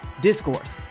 discourse